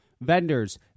Vendors